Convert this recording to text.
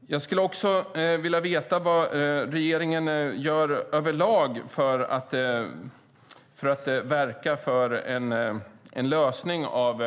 Dessutom skulle jag vilja veta vad regeringen över lag gör för att verka för en lösning av